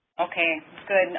okay good.